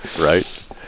right